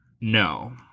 No